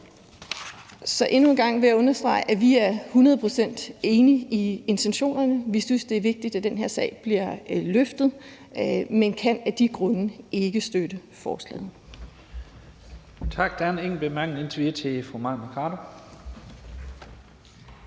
Så endnu en gang vil jeg understrege, at vi er hundrede procent enige i intentionerne. Vi synes, det er vigtigt, at den her sag bliver løftet, men kan af de nævnte grunde ikke støtte forslaget.